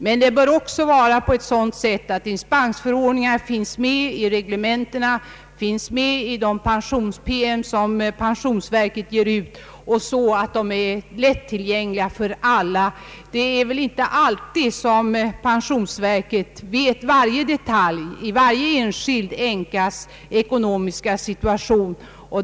Men dispensbestämmelserna bör också finnas med i reglementena och i de pensions-PM som pensionsverket ger ut, och de bör vara lättillgängliga för alla. Det är väl inte alltid som pensionsverket känner till varje detalj i varje enskild änkas situation.